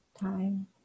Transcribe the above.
time